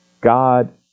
God